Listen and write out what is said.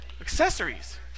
Accessories